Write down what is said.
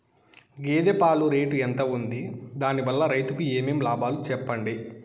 గేదె పాలు రేటు ఎంత వుంది? దాని వల్ల రైతుకు ఏమేం లాభాలు సెప్పండి?